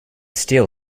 steal